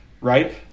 right